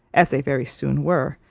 as they very soon were,